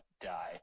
die